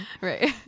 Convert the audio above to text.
Right